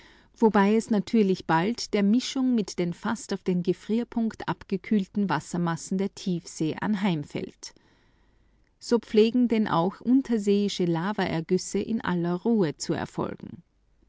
wobei es natürlich bald der mischung mit den fast auf den gefrierpunkt abgekühlten wassermassen der tiefsee anheimfällt so pflegen ja auch unterseeische lavaergüsse in aller ruhe zu erfolgen